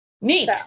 neat